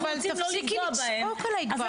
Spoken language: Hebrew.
אבל תפסיקי לצעוק עליי כבר.